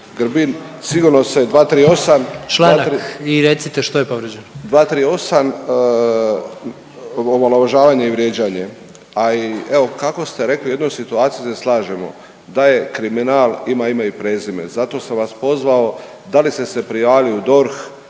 predsjednik: Članak i recite što je povrijeđeno./… 238. omalovažavanje i vrijeđanje, a i evo kako ste reli u jednoj situaciji se slažemo da je kriminal ima i prezime. Zato sam vas pozvao da li ste se prijavili u DORH